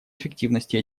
эффективности